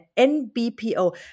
NBPO